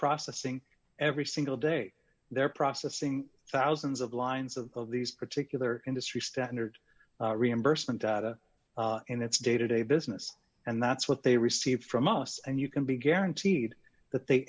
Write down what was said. processing every single day they're processing thousands of lines of of these particular industry standard reimbursement data in its day to day business and that's what they received from us and you can be guaranteed that they